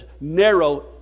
narrow